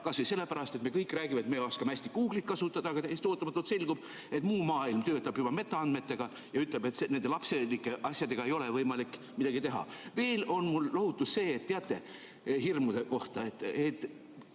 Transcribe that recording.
Kas või sellepärast, et me kõik räägime, et me oskame hästi Google'it kasutada, aga täiesti ootamatult selgub, et muu maailm töötab juba metaandmetega ja ütleb, et nende lapselike asjadega ei ole võimalik midagi teha. Veel on mul lohutus hirmude kohta.